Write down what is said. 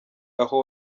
aho